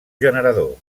generador